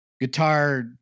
guitar